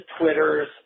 Twitters